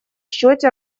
счете